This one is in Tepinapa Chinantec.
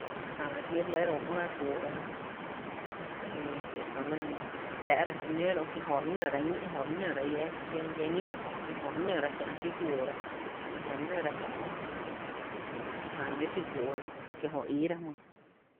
Jää e jmí’ re úú’ra guoora e kie’ta lyn re tⱥⱥ’ra xinǿǿ ro’ kie jö re nǿra ñí kie’ jö re nǿra llⱥ llⱥ ñǿ’ kö’, jö re nǿra kiä’ xíguoora kí jö re nǿra kö kää llǿ’ xí guoora kö’ kie jö re íira jmyy.